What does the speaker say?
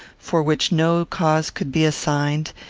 for which no cause could be assigned,